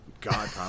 God